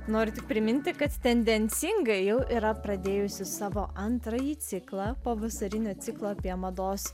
noriu tik priminti kad tendencingai jau yra pradėjusi savo antrąjį ciklą pavasarinį ciklą apie mados